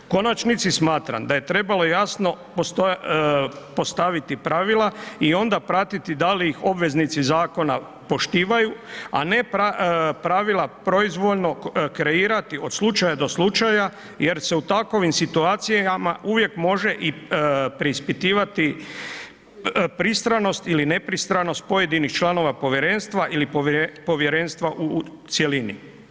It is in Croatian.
U konačnici smatram da je trebalo jasno postaviti pravila i onda pratiti da li ih obveznici zakona poštivaju, a ne pravila proizvoljno kreirati od slučaja do slučaja jer se u takovim situacijama uvijek može i preispitivati pristranost ili nepristranost pojedinih članova povjerenstva ili povjerenstva u cjelini.